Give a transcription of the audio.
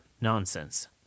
nonsense